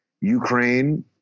Ukraine